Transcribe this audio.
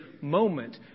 moment